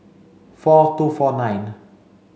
four two four nine